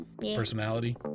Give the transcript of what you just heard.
personality